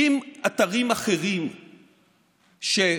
עם אתרים אחרים שהוצעו,